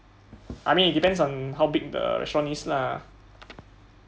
I mean it depends on how big the restaurant is lah